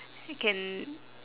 I can